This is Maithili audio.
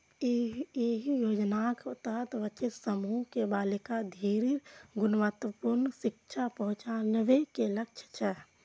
एहि योजनाक तहत वंचित समूह के बालिका धरि गुणवत्तापूर्ण शिक्षा पहुंचाबे के लक्ष्य छै